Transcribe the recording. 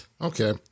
Okay